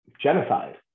genocide